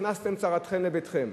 הכנסתם צרתכם לביתכם,